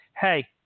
hey